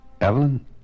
Evelyn